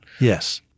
Yes